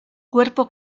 cuerpo